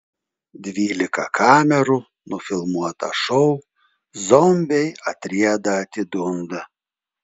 dvylika kamerų nufilmuotą šou zombiai atrieda atidunda